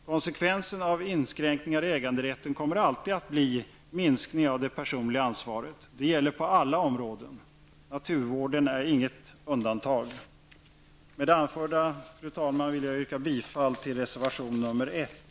Konsekvensen av inskränkningar i äganderätten kommer alltid att bli en minskning av det personliga ansvaret. Det gäller på alla områden. Naturvården är inte ett undantag. Fru talman! Med det anförda vill jag yrka bifall till reservation nr 1.